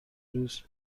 روز